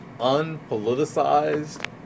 unpoliticized